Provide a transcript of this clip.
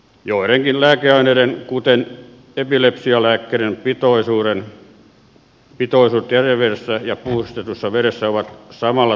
joidenkin lääkeaineiden kuten epilepsialääkkeiden pitoisuudet jätevedessä ja puhdistetussa vedessä ovat samalla tasolla toteaa tohtori vieno